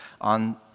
on